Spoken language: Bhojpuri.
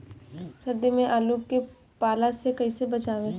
सर्दी में आलू के पाला से कैसे बचावें?